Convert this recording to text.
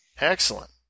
Excellent